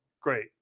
great